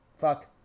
fuck